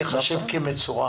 שמפרנסים את המשפחות שלהם,